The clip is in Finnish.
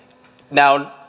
nämä